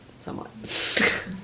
somewhat